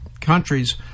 countries